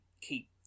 keep